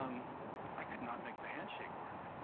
um i could not make the handshake work.